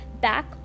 Back